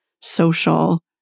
social